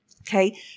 okay